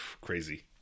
Crazy